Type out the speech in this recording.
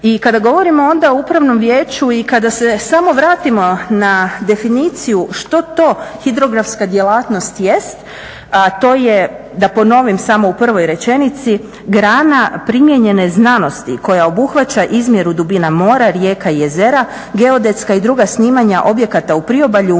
I kada govorimo onda o upravnom vijeću i kada se samo vratimo na definiciju što to hidrografska djelatnost jest, a to je da ponovim samo u prvoj rečenici, grana primijenjene znanosti koja obuhvaća izmjeru dubina mora, rijeka i jezera, geodetska i druga snimanja objekata u priobalju